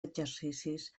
exercicis